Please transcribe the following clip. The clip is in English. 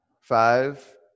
five